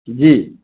जी